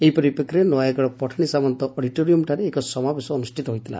ଏହିପରିପ୍ରେଷୀରେ ନୟାଗଡ ପଠାଶି ସାମନ୍ତ ଅଡିଟୋରିୟମ ଠାରେ ଏକ ସମାବେଶ ଅନୁଷ୍ଠିତ ହୋଇଥିଲା